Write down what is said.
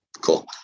Cool